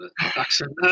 accent